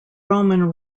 roman